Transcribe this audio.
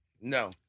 No